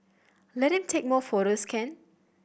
let him take more photos can